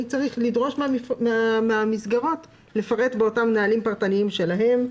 צריך לדרוש מן המסגרות לפרט בנהלים פרטניים שלהם,